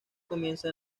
comienza